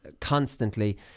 constantly